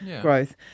growth